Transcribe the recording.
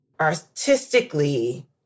Artistically